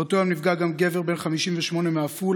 באותו יום נפגע גם גבר בן 58 מעפולה.